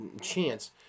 chance